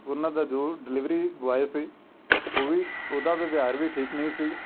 ਉਹਨਾਂ ਦਾ ਜੋ ਡਿਲੀਵਰੀ ਬੋਆਏ ਸੀ ਉਹ ਵੀ ਉਹਦਾ ਵਿਵਹਾਰ ਵੀ ਠੀਕ ਨਹੀਂ ਸੀ